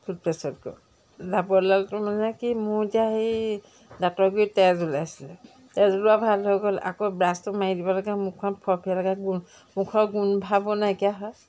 টুথপেচতকৈ ডাৱৰলালটো মানে কি মোৰ এতিয়া সেই দাঁতৰ গুৰিত তেজ ওলাইছিলে তেজ ওলোৱা ভাল হৈ গ'ল আকৌ ব্ৰাছটো মাৰি দিব লাগে মুখখন ফৰফৰীয়া লাগে গোন মুখৰ গোন ভাবো নাইকিয়া হয়